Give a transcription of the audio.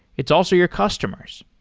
it's also your customers.